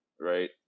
Right